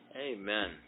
Amen